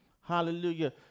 Hallelujah